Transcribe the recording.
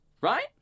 Right